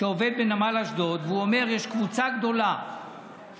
שעובד בנמל אשדוד והוא אומר שיש קבוצה גדולה באשדוד